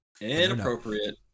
Inappropriate